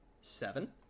seven